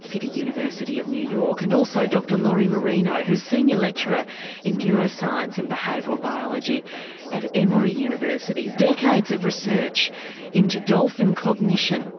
city university of new york. and also dr lori marino who is senior lecturer in neuroscience and behavioural biology at emory university. decades of research into dolphin cognition